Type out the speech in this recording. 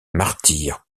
martyre